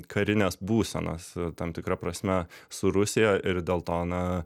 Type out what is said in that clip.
karinės būsenos tam tikra prasme su rusija ir dėl to na